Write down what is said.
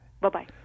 Bye-bye